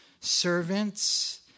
servants